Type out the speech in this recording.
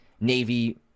Navy